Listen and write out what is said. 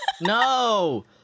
No